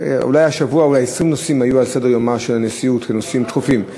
שהשבוע היו אולי 20 נושאים על סדר-יומה של הנשיאות כנושאים דחופים,